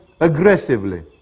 aggressively